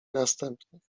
następnych